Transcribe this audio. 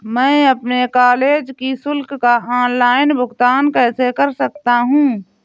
मैं अपने कॉलेज की शुल्क का ऑनलाइन भुगतान कैसे कर सकता हूँ?